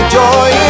joy